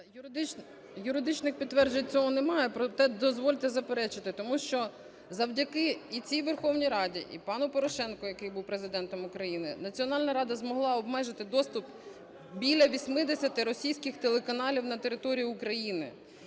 Юридичних підтверджень цього немає. Проте дозвольте заперечити. Тому що завдяки і цій Верховній Раді, і пану Порошенку, який був Президентом України, Національна рада змогла обмежити доступ біля 80 російських телеканалів на території України